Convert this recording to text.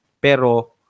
pero